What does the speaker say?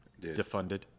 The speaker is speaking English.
Defunded